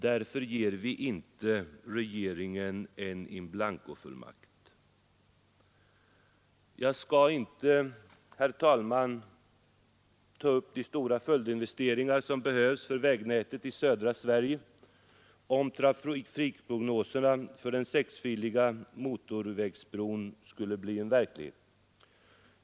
Därför ger vi inte regeringen en inblankofullmakt. Jag skall inte, herr talman, ta upp de stora följdinvesteringar som behövs för vägnätet i södra Sverige om trafikprognoserna för den sexfiliga motorvägsbron skulle bli verklighet.